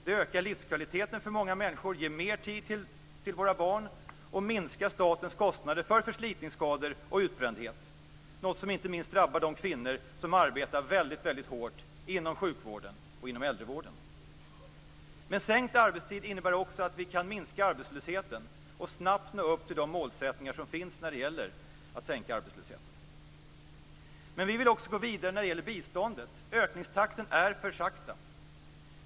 Det ökar livskvaliteten för många människor, ger mer tid till våra barn och minskar statens kostnader för förslitningsskador och utbrändhet, något som inte minst drabbar de kvinnor som arbetar väldigt hårt inom sjukvården och inom äldrevården. Men sänkt arbetstid innebär också att vi kan minska arbetslösheten och snabbt nå upp till de målsättningar som finns när det gäller att sänka arbetslösheten. Men Miljöpartiet vill också gå vidare när det gäller biståndet. Ökningstakten är för låg.